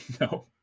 No